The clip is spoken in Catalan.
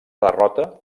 derrota